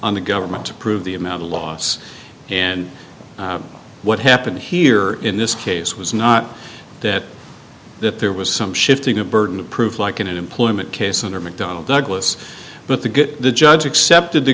on the government to prove the amount of loss and what happened here in this case was not that that there was some shifting of burden of proof like in an employment case under mcdonnell douglas but the good the judge accepted the